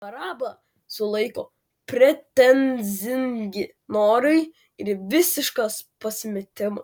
barabą sulaiko pretenzingi norai ir visiškas pasimetimas